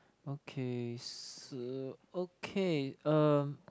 okay okay um